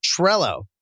Trello